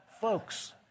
folks